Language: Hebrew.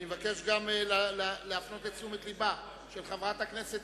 אני מבקש גם להפנות את תשומת לבה של חברת הכנסת